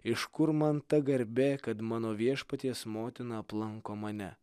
iš kur man ta garbė kad mano viešpaties motina aplanko mane